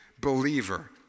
believer